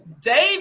David